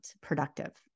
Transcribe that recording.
productive